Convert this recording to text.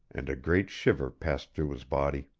and a great shiver passed through his body.